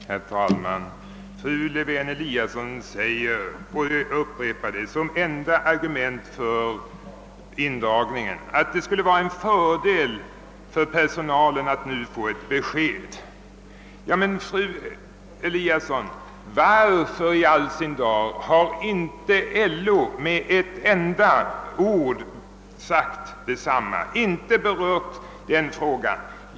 Herr talman! Fru Lewén-Eliasson upprepar som enda argument för indragningen att det skulle vara en fördel för personalen att nu få ett besked. Men, fru Lewén-Eliasson, varför i all sin dar har inte LO med ett enda ord sagt detsamma, inte berört frågan?